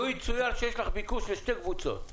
לו יצוין שיש לך ביקוש לשתי קבוצות...